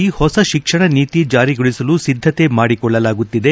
ರಾಜ್ಯದಲ್ಲಿ ಹೊಸ ಶಿಕ್ಷಣ ನೀತಿ ಜಾರಿಗೊಳಿಸಲು ಸಿದ್ದತೆ ಮಾಡಿಕೊಳ್ಳಲಾಗುತ್ತಿದೆ